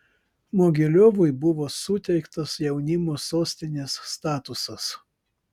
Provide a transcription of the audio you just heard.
mogiliovui buvo suteiktas jaunimo sostinės statusas